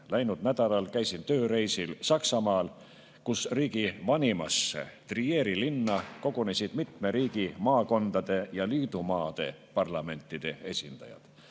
Läinud nädalal käisin tööreisil Saksamaal, kus riigi vanimasse linna Trieri kogunesid mitme riigi, maakondade ja liidumaade parlamentide esindajad.